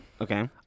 Okay